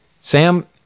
Sam